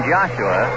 Joshua